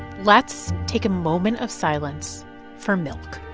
let's take a moment of silence for milk.